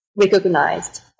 recognized